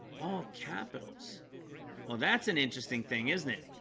all capitals well, that's an interesting thing, isn't it?